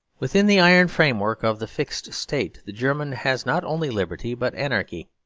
within the iron framework of the fixed state, the german has not only liberty but anarchy.